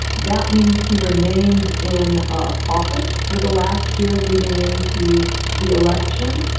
that means he remains in ah office for the last year leading into the election.